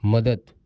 मदत